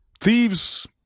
thieves